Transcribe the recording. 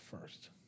first